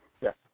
Yes